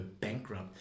bankrupt